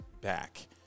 back